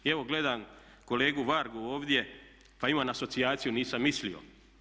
I evo gledam kolegu Vargu ovdje pa imam asocijaciju nisam mislio.